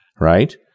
right